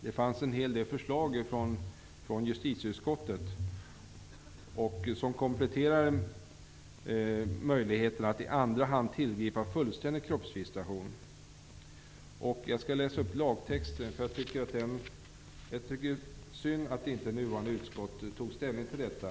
Det fanns en hel del förslag från justitieutskottet, kompletterade med möjligheten att i andra hand tillgripa fullständig kroppsvisitation. Det är synd att inte det nuvarande justitieutskottet tog ställning för detta.